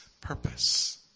purpose